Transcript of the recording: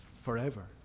forever